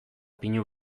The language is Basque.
pinu